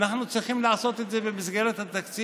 אנחנו צריכים לעשות את זה במסגרת התקציב,